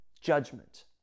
judgment